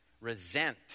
Resent